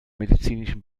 medizinischen